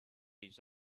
each